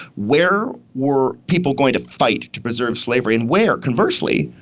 where were people going to fight to preserve slavery? and where, conversely,